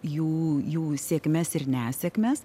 jų jų sėkmes ir nesėkmes